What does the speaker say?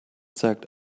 zeigt